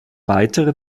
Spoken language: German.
weitere